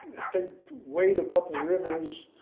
if they'd wait a couple rivers,